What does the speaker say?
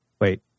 Wait